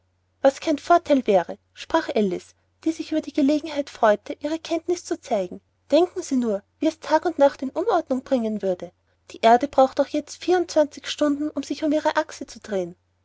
was kein vortheil wäre sprach alice die sich über die gelegenheit freute ihre kenntnisse zu zeigen denken sie nur wie es tag und nacht in unordnung bringen würde die erde braucht doch jetzt vier und zwanzig stunden sich um ihre achse zu drehen